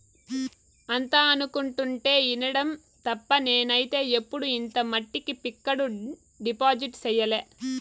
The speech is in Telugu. అంతా అనుకుంటుంటే ఇనడం తప్ప నేనైతే ఎప్పుడు ఇంత మట్టికి ఫిక్కడు డిపాజిట్ సెయ్యలే